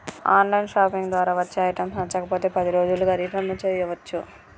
on line shopping ద్వారా వచ్చే items నచ్చకపోతే పది రోజుల్లోగా రిటర్న్ చేయ్యచ్చు